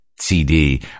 CD